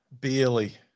Barely